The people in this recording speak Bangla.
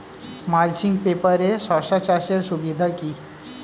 মালচিং পেপারে শসা চাষের সুবিধা কি?